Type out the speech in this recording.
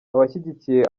abashyigikiye